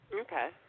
Okay